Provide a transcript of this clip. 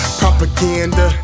propaganda